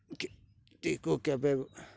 କି କୁ କେବେ